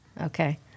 okay